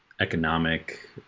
economic